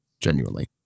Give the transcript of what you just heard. genuinely